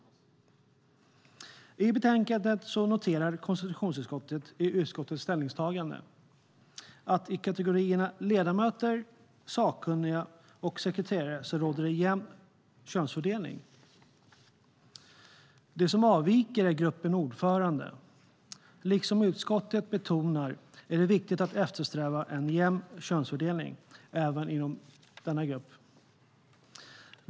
I betänkandet noterar konstitutionsutskottet i utskottets ställningstagande att det i kategorierna ledamöter, sakkunniga och sekreterare råder jämn könsfördelning. Det som avviker är gruppen ordförande. Liksom utskottet betonar är det viktigt att eftersträva en jämn könsfördelning även inom denna grupp.